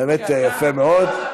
באמת יפה מאוד.